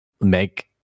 make